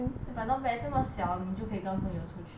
but not bad 这么小你就可以跟朋友出去 ah